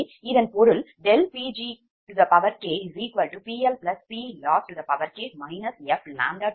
எனவே இதன் பொருள் ∆PgkPLPLossk fk